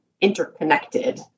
interconnected